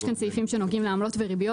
יש כאן סעיפים שנוגעים לעמלות ולריביות